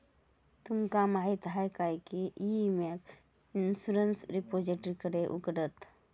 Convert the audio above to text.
तुमका माहीत हा काय की ई विम्याक इंश्युरंस रिपोजिटरीकडे उघडतत